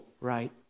right